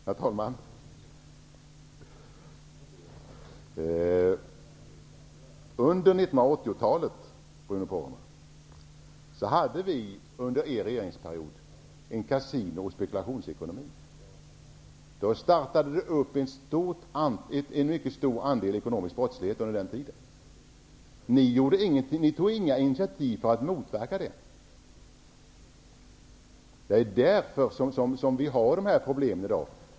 Herr talman! Under 1980-talet, Bruno Poromaa, hade vi under Socialdemokraternas regeringsperiod en kasino och spekulationsekonomi. Under den tiden startades en mycket stor andel ekonomisk brottslighet upp. Ni socialdemokrater tog inga initiativ för att motverka den. Det är därför vi har dessa problem i dag.